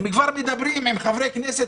הם כבר מדברים עם חברי כנסת,